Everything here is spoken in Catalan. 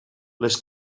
les